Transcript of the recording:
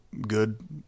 good